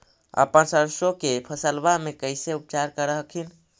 अपन सरसो के फसल्बा मे कैसे उपचार कर हखिन?